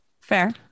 Fair